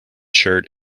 shirt